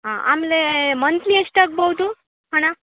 ಹಾಂ ಆಮೇಲೆ ಮಂತ್ಲಿ ಎಷ್ಟಾಗ್ಬೌದು ಹಣ